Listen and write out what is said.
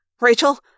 Rachel